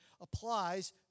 applies